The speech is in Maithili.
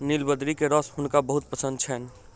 नीलबदरी के रस हुनका बहुत पसंद छैन